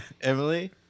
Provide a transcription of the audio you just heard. Emily